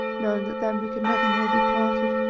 knowing that then we could never more be parted.